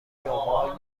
شما